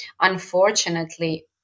unfortunately